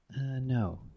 No